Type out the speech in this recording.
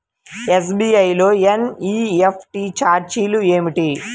SBI లో NEFT ఛార్జీలు ఏమిటి?